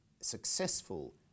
successful